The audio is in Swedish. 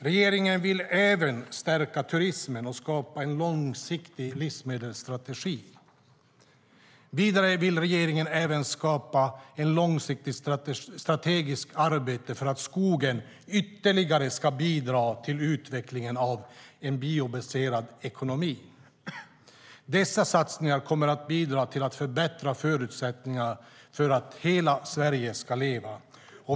Regeringen vill även stärka turism och skapa en långsiktig livsmedelsstrategi. Vidare vill regeringen skapa ett långsiktigt strategiskt arbete för att skogen ytterligare ska bidra till utvecklingen av en biobaserad ekonomi. Dessa satsningar kommer att bidra till att förbättra förutsättningarna för att hela Sverige ska leva.